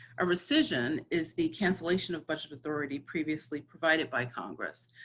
a rescission is the cancellation of budget authority previously provided by congress.